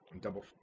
double